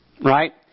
Right